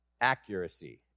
accuracy